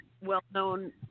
well-known